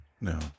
No